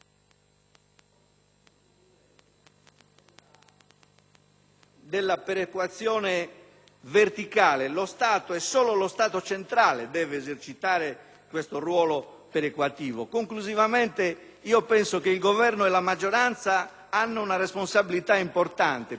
della perequazione verticale. Lo Stato, e solo lo Stato centrale, deve esercitare questo ruolo perequativo. In conclusione, penso che il Governo e la maggioranza hanno una responsabilità importante, politica e di merito.